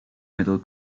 middle